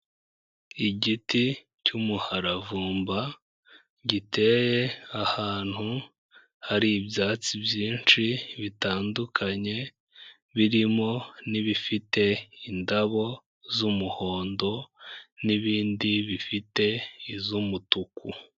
Igiti cy'umuharavumba, giteye ahantu hari ibyatsi byinshi bitandukanye, birimo n'ibifite indabo z'umuhondo n'ibindi bifite iz'umutuku.